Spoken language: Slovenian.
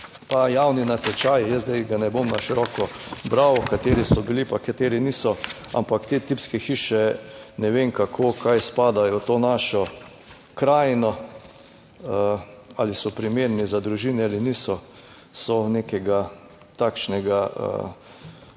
ta javni natečaj, jaz zdaj ga ne bom na široko bral, kateri so bili pa kateri niso, ampak te tipske hiše, ne vem kako kaj spadajo v to našo krajino, ali so primerni za družine ali niso, so nekega takšnega,